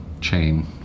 chain